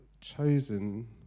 chosen